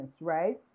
right